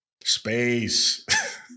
space